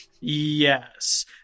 Yes